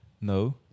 No